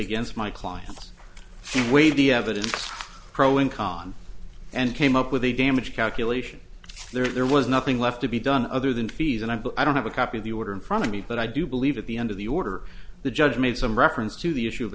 against my clients weigh the evidence pro and con and came up with a damaged calculation there was nothing left to be done other than fees and i but i don't have a copy of the order in front of me but i do believe at the end of the order the judge made some reference to the issue of